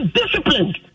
disciplined